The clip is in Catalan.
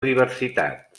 diversitat